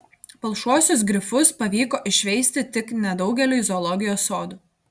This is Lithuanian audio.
palšuosius grifus pavyko išveisti tik nedaugeliui zoologijos sodų